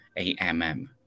AMM